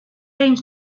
aims